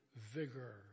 vigor